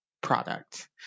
product